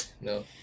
no